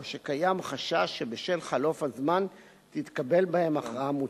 או שקיים חשש שבשל חלוף הזמן תתקבל בהן הכרעה מוטעית,